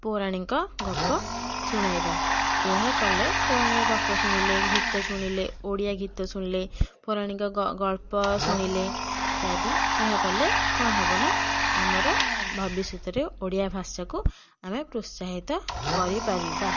ପୌରାଣିକ ଗପ ଶୁଣାଇବା ଏହା କଲେ ପୌରାଣିକ ଗପ ଶୁଣିଲେ ଗୀତ ଶୁଣିଲେ ଓଡ଼ିଆ ଗୀତ ଶୁଣିଲେ ପୌରାଣିକ ଗଳ୍ପ ଶୁଣିଲେ ଇତ୍ୟାଦି ଏହା କଲେ କ'ଣ ହେବ ନା ଆମର ଭବିଷ୍ୟତରେ ଓଡ଼ିଆ ଭାଷାକୁ ଆମେ ପ୍ରୋତ୍ସାହିତ କରିପାରିବା